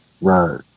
right